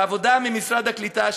בעבודה במשרד הקליטה,